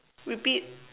repeat